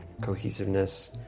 cohesiveness